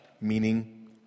meaning